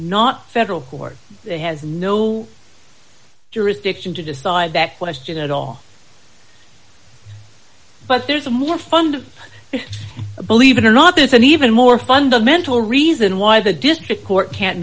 not federal court they has no jurisdiction to decide that question at all but there's a more fund a believe it or not there's an even more fundamental reason why the district court can't